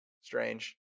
strange